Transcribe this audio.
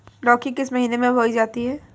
लौकी किस महीने में बोई जाती है?